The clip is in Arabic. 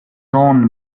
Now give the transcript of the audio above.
جون